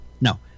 No